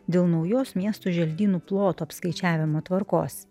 dėl naujos miesto želdynų ploto apskaičiavimo tvarkos